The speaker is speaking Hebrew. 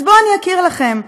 אז בואו אני אכיר לכם,